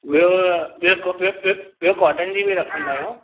ॿियो ॿियो ॿियो कॉटन जी बि रखंदा आहियूं